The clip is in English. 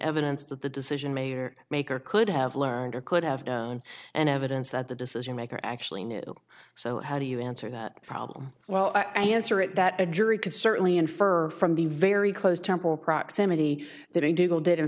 evidence that the decision may or maker could have learned or could have known and evidence that the decision maker actually knew so how do you answer that problem well i answer it that a jury can certainly infer from the very close temporal proximity that i do go did in